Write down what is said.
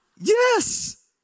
Yes